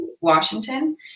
Washington